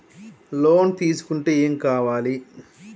Loan తీసుకుంటే ఏం కావాలి?